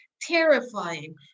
terrifying